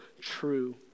true